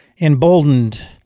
emboldened